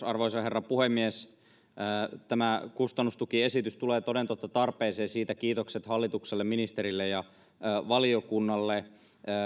arvoisa herra puhemies tämä kustannustukiesitys tulee toden totta tarpeeseen siitä kiitokset hallitukselle ministerille ja valiokunnalle